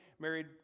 Married